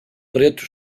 preto